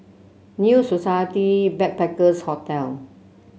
New Society Backpackers' Hotel